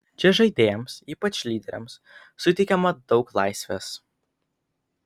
čia žaidėjams ypač lyderiams suteikiama daug laisvės